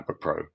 Pro